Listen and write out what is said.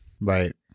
Right